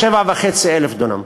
7,500 דונם.